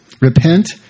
Repent